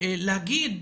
להגיד